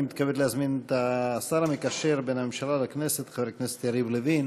אני מתכבד להזמין את השר המקשר בין הממשלה לכנסת חבר הכנסת יריב לוין